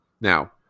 Now